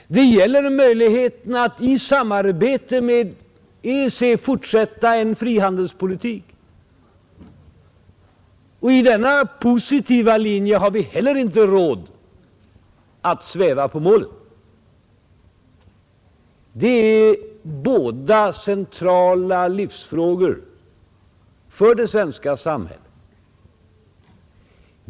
Den gäller möjligheterna att i samarbete med EEC fortsätta en frihandelspolitik. I fråga om denna positiva linje har vi heller inte råd att sväva på målet. De är båda centrala livsfrågor för det svenska samhället.